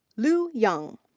lu yang.